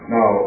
Now